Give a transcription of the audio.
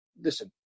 listen